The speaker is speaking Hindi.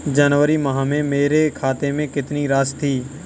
जनवरी माह में मेरे खाते में कितनी राशि थी?